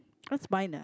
that's mine ah